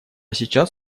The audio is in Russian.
сейчас